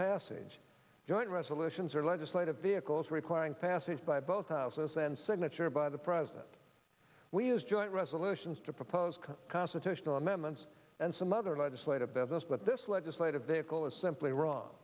passage joint resolutions or legislative vehicles requiring passage by both houses and signature by the president we use joint resolutions to propose constitutional amendments and some other legislative business but this legislative vehicle is simply wrong